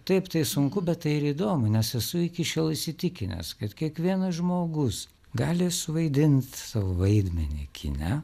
taip tai sunku bet tai ir įdomu nes esu iki šiol įsitikinęs kad kiekvienas žmogus gali suvaidint savo vaidmenį kine